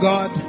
God